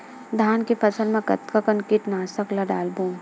धान के फसल मा कतका कन कीटनाशक ला डलबो?